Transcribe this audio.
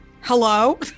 Hello